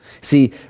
See